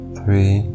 three